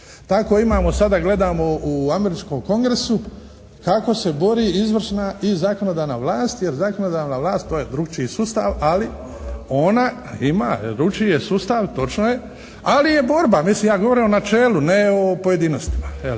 Tako imamo, sada gledamo u američkom Kongresu kako se bori izvršna i zakonodavna vlast jer zakonodavna vlast, to je drukčiji sustav, ali ona, drukčiji je sustav, točno je, ali je borba, mislim ja govorim o načelu ne o pojedinostima,